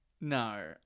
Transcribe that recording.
No